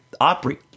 Opry